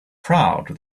proud